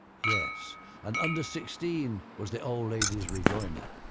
yes and under sixteen was the old lady's rejoinder.